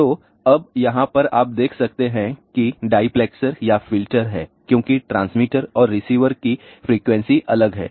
तो अब यहाँ पर आप देख सकते है कि डाईप्लैक्सर या फ़िल्टर है क्योंकि ट्रांसमीटर और रिसीवर की फ़्रीक्वेंसी अलग हैं